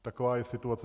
Taková je situace.